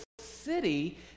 city